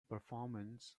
performance